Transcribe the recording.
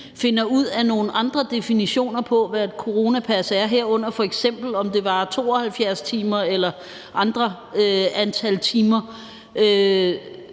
finder ud af nogle andre definitioner på, hvad et coronapas er, herunder f.eks. om det varer 72 timer eller andre antal timer,